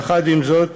יחד עם זאת,